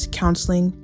counseling